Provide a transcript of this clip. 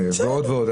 ועוד ועוד --- בסדר.